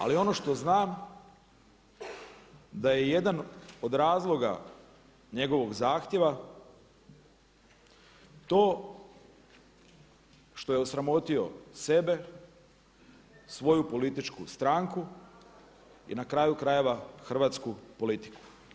Ali ono što znam, da je jedan od razloga njegovog zahtjeva to što je osramotio sebe, svoju političku stranku, na kraju krajeva, hrvatsku politiku.